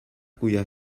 cuya